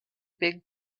big